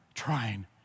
trying